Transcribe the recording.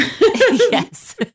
yes